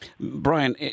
Brian